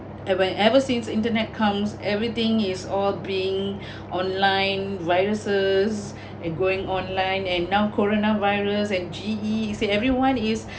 and when ever since internet comes everything is all being online viruses and going online and now corona virus and G_E it said everyone is